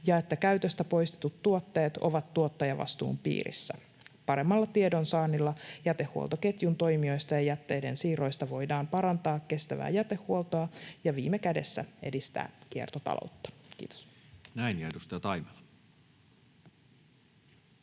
ja että käytöstä poistetut tuotteet ovat tuottajavastuun piirissä. Paremmalla tiedonsaannilla jätehuoltoketjun toimijoista ja jätteiden siirroista voidaan parantaa kestävää jätehuoltoa ja viime kädessä edistää kiertotaloutta. — Kiitos. [Speech